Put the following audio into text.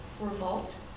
Revolt